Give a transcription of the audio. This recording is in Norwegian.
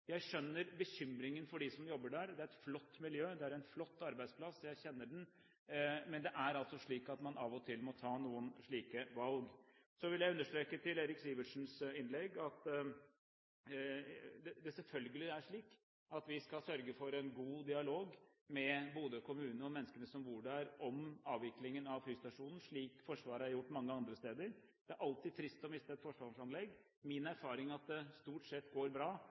Jeg skjønner bekymringen for dem som jobber der, det er et flott miljø, det er en flott arbeidsplass, jeg kjenner den, men det er altså slik at man av og til må ta noen slike valg. Så vil jeg understreke til Eirik Sivertsens innlegg at det selvfølgelig er slik at vi skal sørge for en god dialog med Bodø kommune og menneskene som bor der, om avviklingen av flystasjonen, slik Forsvaret har gjort mange andre steder. Det er alltid trist å miste et forsvarsanlegg. Min erfaring er at det stort sett går bra,